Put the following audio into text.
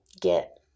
get